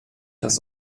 das